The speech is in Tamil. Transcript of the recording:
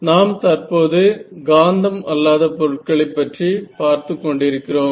நாம் தற்போது காந்தம் அல்லாத பொருட்களைப் பற்றி பார்த்துக் கொண்டிருக்கிறோம்